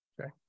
Okay